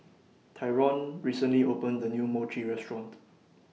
Tyron recently opened A New Mochi Restaurant